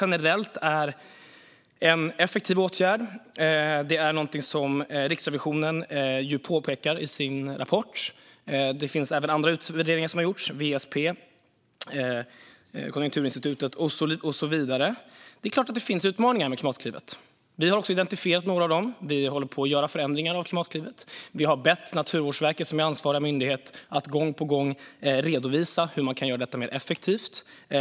Generellt sett är det en effektiv åtgärd, vilket Riksrevisionen påpekar i sin rapport. Det har även gjorts andra utvärderingar av WSP, Konjunkturinstitutet med flera. Det finns givetvis utmaningar med Klimatklivet. Vi har identifierat några av dem och håller på att göra förändringar av Klimatklivet. Vi har bett ansvarig myndighet, Naturvårdsverket, att redovisa hur detta kan göras mer effektivt.